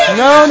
no